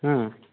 হ্যাঁ